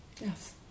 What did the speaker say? Yes